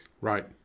Right